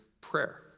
prayer